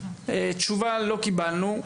תשובה לא קיבלנו,